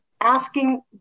asking